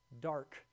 dark